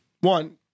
One